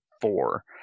four